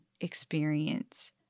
experience